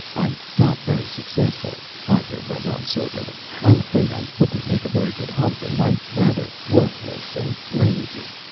i'm not very successful, arthur went on soberly. i'm afraid i wouldn't make a very good husband, i'm rather worthless and lazy!